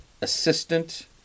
assistant